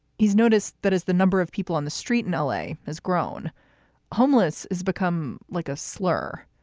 he's noticed that as the number of people on the street in l a. has grown homeless, it's become like a slur.